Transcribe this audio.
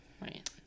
Right